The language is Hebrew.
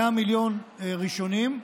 100 מיליון ראשונים,